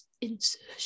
insertion